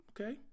okay